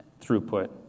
throughput